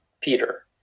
Peter